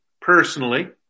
personally